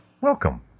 Welcome